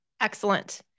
Excellent